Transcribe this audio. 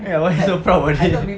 ya why so proud about it